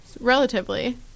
relatively